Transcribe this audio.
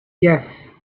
yes